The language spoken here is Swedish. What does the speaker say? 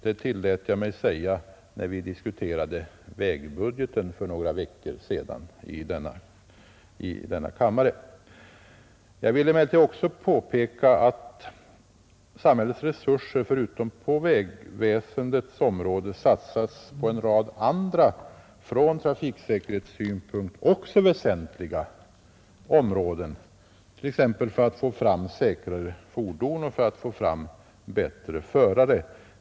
Det tillät jag mig också säga när vi diskuterade vägbudgeten för några veckor sedan i denna kammare. Vidare vill jag erinra om att samhällets resurser förutom på vägväsendet ju också satsas på en rad andra från trafiksäkerhetssynpunkt mycket väsentliga områden, t.ex. för att få fram säkrare fordon och bättre förare.